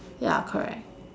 ya correct